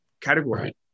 category